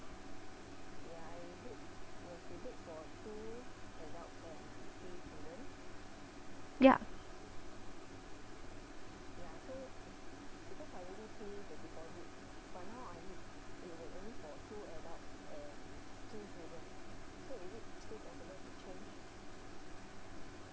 yeah